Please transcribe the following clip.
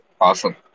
Awesome